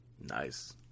Nice